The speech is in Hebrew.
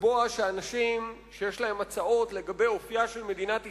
לקבוע שאנשים שיש להם הצעות לגבי אופיה של מדינת ישראל,